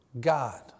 God